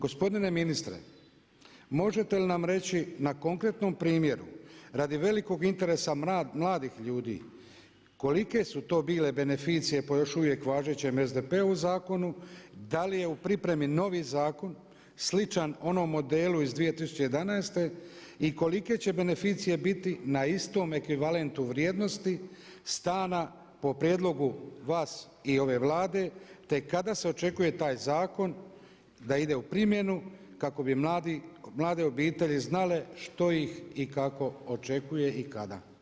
Gospodine ministre, možete li nam reći na konkretnom primjeru radi velikog interesa mladih ljudi kolike su to bile beneficije po još uvijek važećem SDP-ovom zakonu, da li je u pripremi novi zakon sličan onom modelu iz 2011. i kolike će beneficije biti na istom ekvivalentu vrijednosti stana po prijedlogu vas i ove Vlade, te kada se očekuje taj zakon da ide u primjenu kako bi mlade obitelji što ih i kako očekuje i kada.